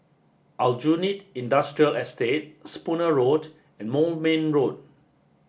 Aljunied Industrial Estate Spooner Road and Moulmein Road